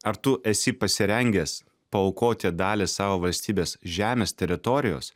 ar tu esi pasirengęs paaukoti dalį savo valstybės žemės teritorijos